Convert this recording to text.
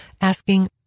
asking